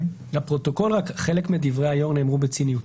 לפרוטוקול: חלק מדברי היושב-ראש נאמרו בציניות.